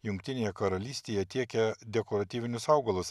jungtinėje karalystėje tiekia dekoratyvinius augalus